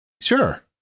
Sure